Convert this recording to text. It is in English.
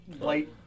Light